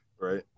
Right